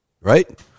right